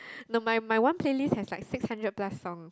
the mine my one playlist has like six hundred plus songs